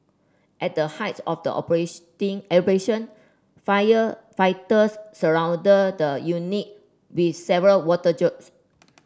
at the height of the operation firefighters surrounded the unit with several water jets